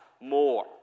more